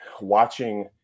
watching